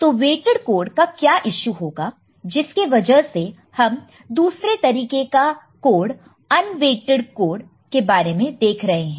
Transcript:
तो weighted code का क्या यीशु होगा जिसके वजह से हम एक दूसरे तरीके का कोड अन्वेट्इड कोड के बारे में देख रहे है